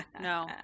no